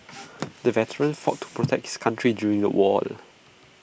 the veteran fought to protect his country during the war